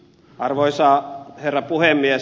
arvoisa herra puhemies